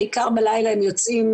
בעיקר בלילה הם יוצאים.